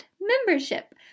Membership